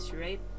right